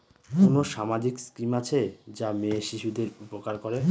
কোন সামাজিক স্কিম আছে যা মেয়ে শিশুদের উপকার করে?